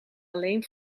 alleen